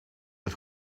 het